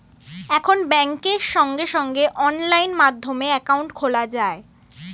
এখন ব্যাংকে সঙ্গে সঙ্গে অনলাইন মাধ্যমে অ্যাকাউন্ট খোলা যায়